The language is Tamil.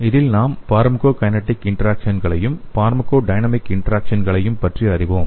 இதில் நாம் பார்மகோகைனெடிக் இன்டராக்சன்களையும் பார்மகோடைனமிக்ஸ் இன்டராக்சன்களையும் பற்றி அறிவோம்